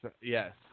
yes